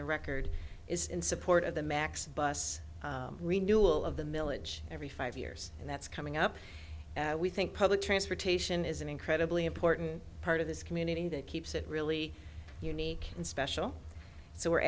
the record is in support of the max bus renewal of the millage every five years and that's coming up we think public transportation is an incredibly important part of this community that keeps it really unique and special so we're